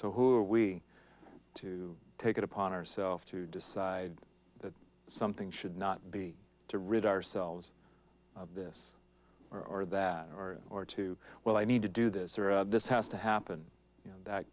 so who are we to take it upon ourselves to decide that something should not be to rid ourselves of this or that or or to well i need to do this or this has to happen you know that